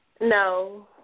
No